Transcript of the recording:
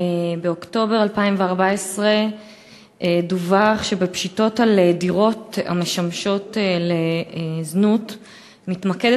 באוקטובר 2014 דווח שבפשיטות על דירות המשמשות לזנות מתמקדת